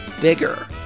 bigger